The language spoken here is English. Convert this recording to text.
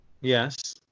Yes